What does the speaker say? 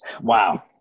Wow